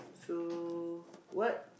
so what